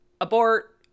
Abort